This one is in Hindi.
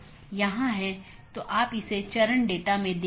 जो हम चर्चा कर रहे थे कि हमारे पास कई BGP राउटर हैं